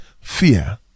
fear